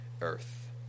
earth